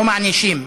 לא מענישים.